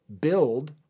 build